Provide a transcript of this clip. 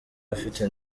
afite